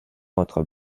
entre